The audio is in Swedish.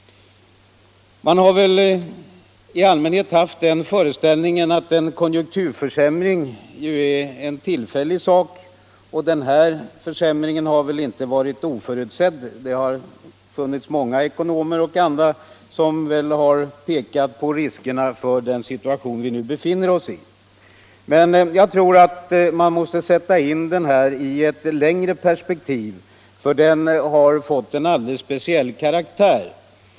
Man har väl i allmänhet haft den föreställningen att en konjunkturförsämring är en tillfällig företeelse, och den som nu inträffat har inte varit oförutsedd. Många ekonomer och andra har pekat på riskerna för den situation som vi nu befinner oss i. Men jag tror att man måste sätta in denna i ett längre perspektiv, eftersom den fått en alldeles speciell karaktär.